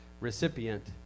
recipient